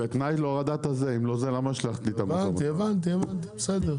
בתנאי להורדת הזה, אם לא זה --- הבנתי, בסדר.